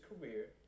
career